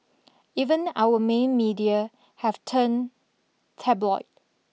even our main media have turned tabloid